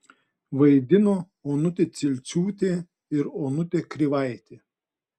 vaidino onutė cilciūtė ir onutė krivaitė